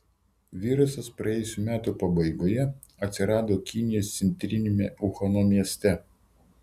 virusas praėjusių metų pabaigoje atsirado kinijos centriniame uhano mieste